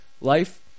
Life